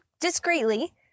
discreetly